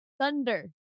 Thunder